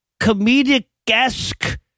Comedic-esque